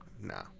Nah